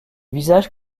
visages